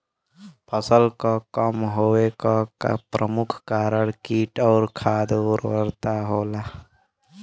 फसल क कम होवे क प्रमुख कारण कीट और खाद उर्वरता होला